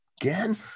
again